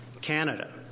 Canada